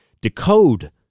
decode